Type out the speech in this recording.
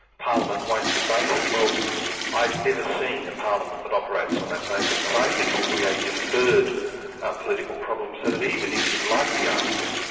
parliament won't debate it. well i've never seen a parliament that operates on that basis. so i think it's simply a deferred political problem, so that even if you like the idea,